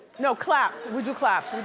no, clap, would you clap?